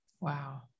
Wow